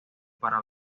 para